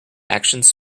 actions